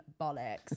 bollocks